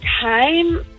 time